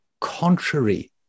contrary